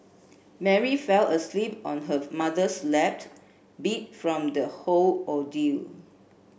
Mary fell asleep on her mother's lap beat from the whole ordeal